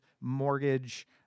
mortgage